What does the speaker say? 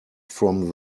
from